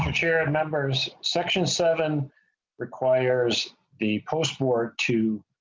um chair and members section seven requires the post war two.